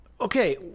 Okay